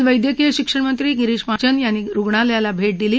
काल वैद्यकीय शिक्षणमंत्री गिरीश महाजन यांनी रुग्णालयाला भे दिली